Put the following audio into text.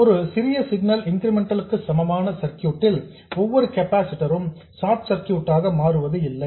ஒரு சிறிய signal incremental க்கு சமமான சர்க்யூட் ல் ஒவ்வொரு கெபாசிட்டர் ம் ஷார்ட் சர்க்யூட் ஆக மாறுவது இல்லை